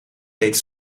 deed